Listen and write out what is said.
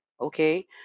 okay